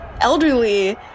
elderly